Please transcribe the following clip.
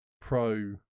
pro